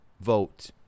vote